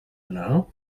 know